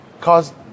cause